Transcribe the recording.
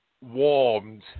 warmed